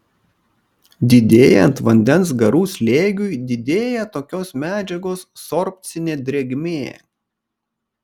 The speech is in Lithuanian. didėjant vandens garų slėgiui didėja tokios medžiagos sorbcinė drėgmė